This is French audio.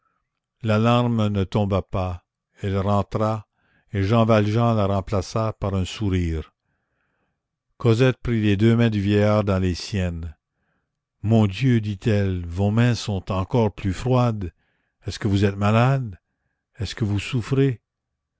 la larme ne tomba pas elle rentra et jean valjean la remplaça par un sourire cosette prit les deux mains du vieillard dans les siennes mon dieu dit-elle vos mains sont encore plus froides est-ce que vous êtes malade est-ce que vous souffrez